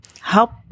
help